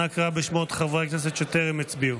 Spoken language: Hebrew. אנא קרא בשמות חברי הכנסת שטרם הצביעו.